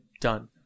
done